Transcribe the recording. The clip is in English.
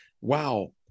wow